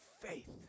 faith